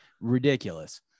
ridiculous